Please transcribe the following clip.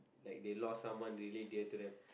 like they lost someone really dear to them